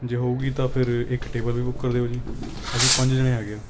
ਜੇ ਹੋਵੇਗੀ ਤਾਂ ਫਿਰ ਇੱਕ ਟੇਬਲ ਵੀ ਬੁੱਕ ਕਰ ਦਿਓ ਜੀ ਅਸੀਂ ਪੰਜ ਜਣੇ ਹੈਗੇ ਹਾਂ